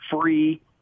free